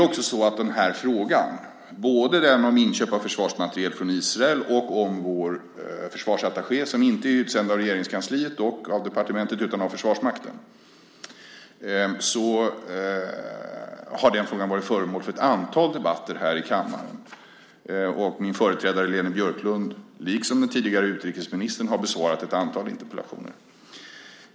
Både frågan om inköp av försvarsmateriel från Israel och frågan om vår försvarsattaché, som inte är utsänd av Regeringskansliet och departementet utan av Försvarsmakten, har varit föremål för ett antal debatter i kammaren. Min företrädare Leni Björklund, liksom den tidigare utrikesministern, har besvarat ett antal interpellationer om detta.